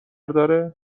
داره